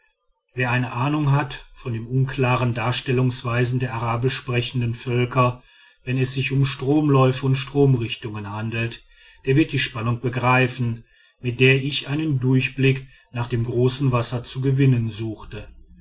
wer eine ahnung hat von der unklaren darstellungsweise der arabisch sprechenden völker wenn es sich um stromläufe und stromrichtungen handelt der wird die spannung begreifen mit der ich einen durchblick nach dem großen wasser zu gewinnen suchte